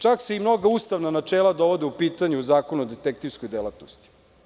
Čak se i mnoga ustavna načela dovode u pitanje u Zakonu o detektivskoj delatnosti.